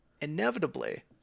Inevitably